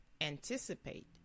Anticipate